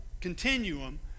continuum